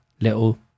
little